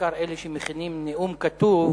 בעיקר אלה שמכינים נאום כתוב,